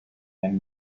and